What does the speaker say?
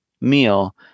meal